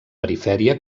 perifèria